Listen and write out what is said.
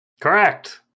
Correct